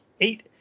eight